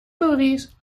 movies